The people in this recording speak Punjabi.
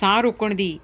ਸਾਹ ਰੋਕਣ ਦੀ